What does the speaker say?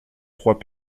trois